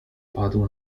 padł